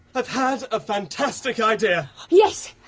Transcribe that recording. i've had a fantastic idea! yes!